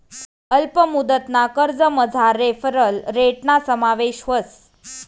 अल्प मुदतना कर्जमझार रेफरल रेटना समावेश व्हस